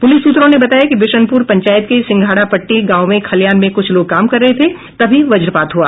police सूत्रों ने बताया कि बिशनपुर पंचायत के सिंघाड़ापट्टी गांव में खलिहान में कुछ लोग काम कर रहे थे तभी वज्रपात हुआ